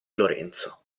lorenzo